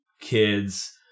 kids